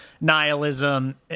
nihilism